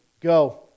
go